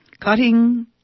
Cutting